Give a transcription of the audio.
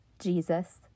Jesus